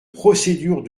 procédure